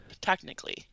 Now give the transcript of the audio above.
technically